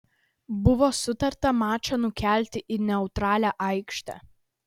buvo sutarta mačą nukelti į neutralią aikštę